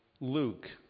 Luke